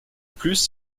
plus